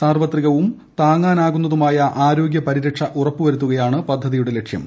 സാർവത്രികവും താങ്ങാനാകുന്നതുമായ ആരോഗ്യ പരിരക്ഷ ഉറപ്പുവരുത്തുകയാണ് പദ്ധതിയുടെ ലക്ഷ്യം